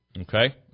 Okay